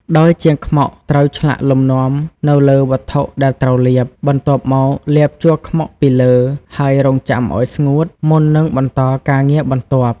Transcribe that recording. ដោយជាងខ្មុកត្រូវឆ្លាក់លំនាំនៅលើវត្ថុដែលត្រូវលាប បន្ទាប់មកលាបជ័រខ្មុកពីលើ ហើយរង់ចាំឱ្យស្ងួត មុននឹងបន្តការងារបន្ទាប់។